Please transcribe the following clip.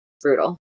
brutal